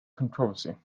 controversy